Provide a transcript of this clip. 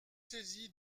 saisi